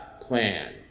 plan